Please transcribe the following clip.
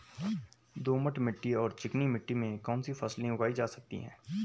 दोमट मिट्टी और चिकनी मिट्टी में कौन कौन सी फसलें उगाई जा सकती हैं?